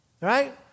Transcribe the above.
right